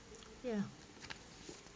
ya